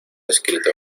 escrito